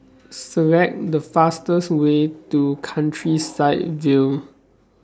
Select The fastest Way to Countryside View